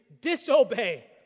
disobey